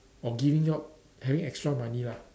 or giving you out having extra money lah